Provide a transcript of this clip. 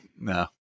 no